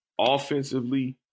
Offensively